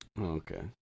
Okay